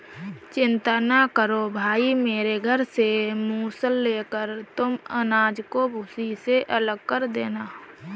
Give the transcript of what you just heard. चिंता ना करो भाई मेरे घर से मूसल लेकर तुम अनाज को भूसी से अलग कर लेना